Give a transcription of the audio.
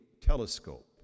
telescope